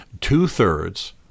two-thirds